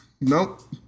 Nope